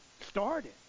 started